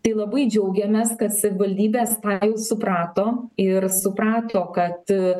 tai labai džiaugiamės kad savivaldybės tą jau suprato ir suprato kad